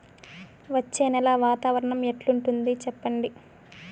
వచ్చే నెల వాతావరణం ఎట్లుంటుంది చెప్పండి?